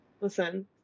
Listen